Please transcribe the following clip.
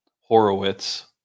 Horowitz